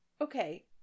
Okay